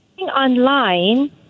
online